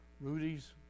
Rudy's